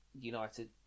United